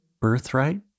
birthright